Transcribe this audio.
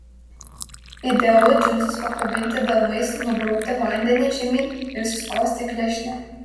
idealu džinsus pakabinti delnais nubraukti vandenį žemyn ir suspausti klešnę